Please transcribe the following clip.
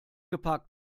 gepackt